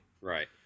Right